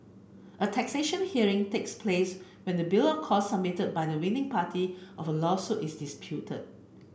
a taxation hearing takes place when the bill of costs submitted by the winning party of a lawsuit is disputed